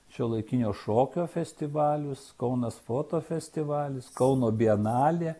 šiuolaikinio šokio festivalius kaunas fotofestivalis kauno bienalė